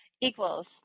equals